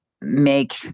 make